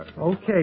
Okay